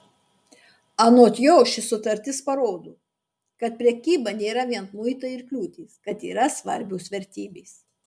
anot jo ši sutartis parodo kad prekyba nėra vien muitai ir kliūtys kad yra svarbios vertybės